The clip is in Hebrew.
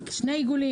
שני עיגולים,